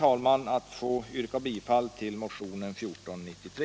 Jag ber att få yrka bifall till motionen 1493.